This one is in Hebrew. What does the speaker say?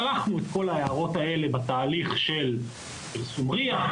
צלחנו את כל ההערות האלה בתהליך של פרסום RIA,